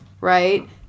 right